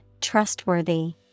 trustworthy